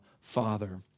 Father